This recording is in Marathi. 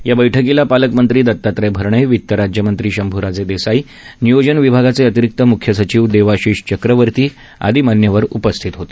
या बैठकीला पालकमंत्री दताव्रय भरणे वित राज्यमंत्री शंभूराजे देसाई नियोजन विभागाचे अतिरिक्त म्ख्य सचिव देवाशिष चक्रवर्ती आदी मान्यवर या बैठकीला उपस्थित होते